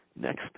Next